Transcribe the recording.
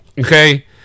Okay